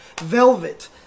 Velvet